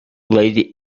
lady